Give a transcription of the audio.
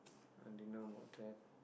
I didn't know about that